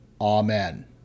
Amen